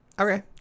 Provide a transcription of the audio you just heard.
Okay